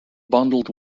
bundled